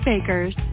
Bakers